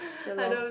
ya loh